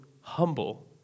humble